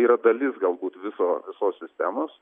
yra dalis galbūt viso visos sistemos